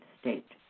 state